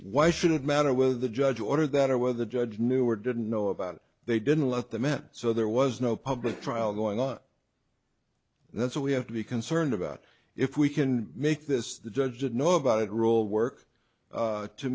why shouldn't matter whether the judge ordered that or whether the judge knew or didn't know about they didn't let them in so there was no public trial going on and that's what we have to be concerned about if we can make this the judge did know about it rule work